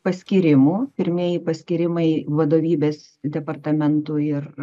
paskyrimų pirmieji paskyrimai vadovybės departamentų ir